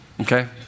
Okay